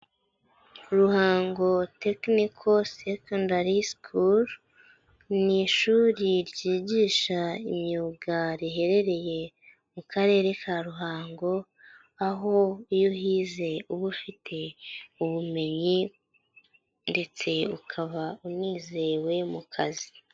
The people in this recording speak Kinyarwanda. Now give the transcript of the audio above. Ruhango tekiniko sekondari sukuru ni ishuri ryigisha imyuga riherereye mu karere ka Ruhango aho iyo uhize uba ufite ubumenyi ndetse ukaba unizewe mu kazi.